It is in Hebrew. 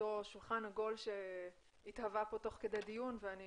שולחן עגול שהתהווה פה תוך כדי דיון ואני